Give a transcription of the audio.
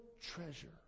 treasure